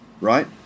right